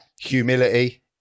humility